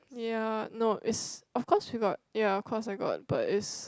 ya no it's of course we got ya of course I got but is